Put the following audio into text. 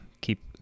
keep